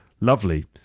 Lovely